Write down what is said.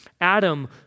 Adam